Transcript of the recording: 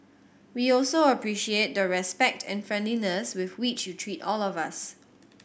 we also appreciate the respect and friendliness with which you treat all of us